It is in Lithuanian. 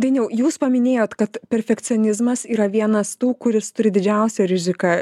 dainiau jūs paminėjot kad perfekcionizmas yra vienas tų kuris turi didžiausią riziką